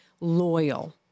loyal